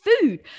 food